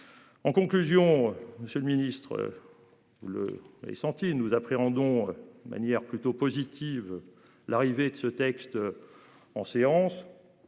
En conclusion, Monsieur le Ministre. Le et nous appréhendons. Manière plutôt positive. L'arrivée de ce texte. En séance.